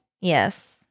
Yes